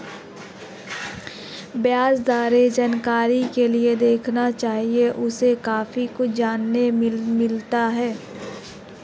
ब्याज दरें जानकारी के लिए देखना चाहिए, उससे काफी कुछ जानने मिलता है